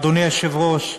אדוני היושב-ראש,